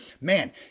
man